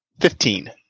Fifteen